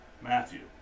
Matthew